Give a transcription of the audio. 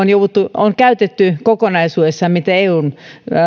on käytetty kokonaisuudessaan mitä eun